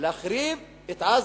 להחריב את עזה,